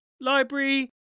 Library